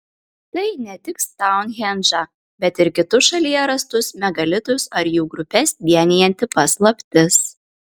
tai ne tik stounhendžą bet ir kitus šalyje rastus megalitus ar jų grupes vienijanti paslaptis